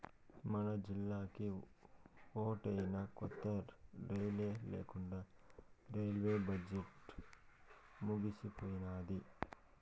మనజిల్లాకి ఓటైనా కొత్త రైలే లేకండా రైల్వే బడ్జెట్లు ముగిసిపోయినాది